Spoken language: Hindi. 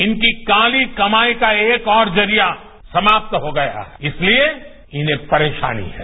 इनकी काली कमाई का एक और जरिया समाप्त हो गया इसलिए इन्हें परेशानी है